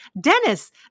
Dennis